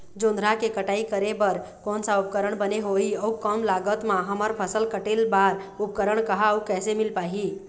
जोंधरा के कटाई करें बर कोन सा उपकरण बने होही अऊ कम लागत मा हमर फसल कटेल बार उपकरण कहा अउ कैसे मील पाही?